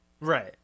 Right